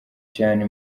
cyane